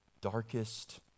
darkest